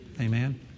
Amen